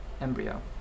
embryo